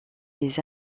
des